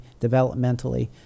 developmentally